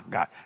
God